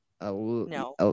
no